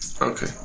Okay